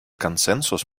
консенсус